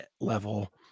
level